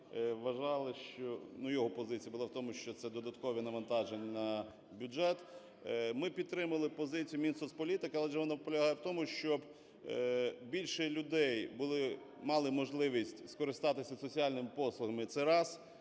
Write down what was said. Вважали, що... ну, його позиція була в тому, що це додаткове навантаження на бюджет. Ми підтримали позицію Мінсоцполітики, адже вона полягає в тому, щоб більше людей були, мали можливість скористатися соціальними послугами. Це раз.